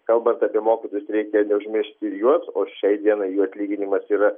kalbant apie mokytojus reikia neužmiršti ir juos o šiai dienai jų atlyginimas yra